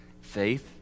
Faith